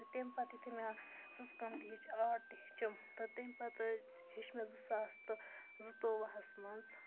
تہٕ تٔمۍ پَتہٕ یُتھُے مےٚ سٕژ کٲم تہِ ہیٚچھۍ آٹ تہِ ہیٚچھُم تہٕ تٔمۍ پَتہٕ ہیوٚچھ مےٚ زٕساس تہٕ زٕ تووُہَس منٛز